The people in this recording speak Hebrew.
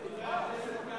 חבר הכנסת כבל, מה